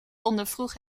ondervroeg